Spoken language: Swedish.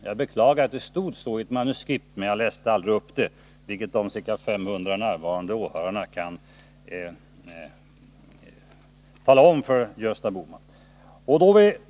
Jag beklagar att det stod så i ett manuskript, men jag läste aldrig upp det, vilket de ca 500 närvarande åhörarna kan tala om för Gösta Bohman.